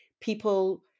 people